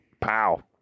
Pow